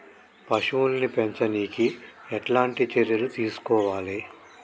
పశువుల్ని పెంచనీకి ఎట్లాంటి చర్యలు తీసుకోవాలే?